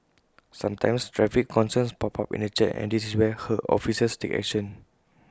sometimes traffic concerns pop up in the chat and this is where her officers take action